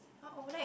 !huh! over there